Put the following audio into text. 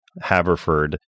Haverford